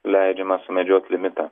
leidžiamą sumedžiot limitą